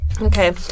Okay